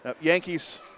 Yankees